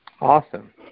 Awesome